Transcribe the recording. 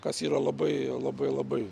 kas yra labai labai labai